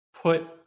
put